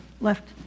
left